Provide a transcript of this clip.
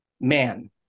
man